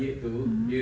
mm